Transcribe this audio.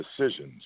decisions